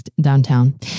downtown